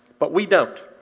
but we don't.